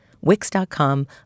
Wix.com